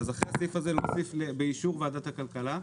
אחרי הסעיף הזה נוסיף באישור ועדת הכלכלה.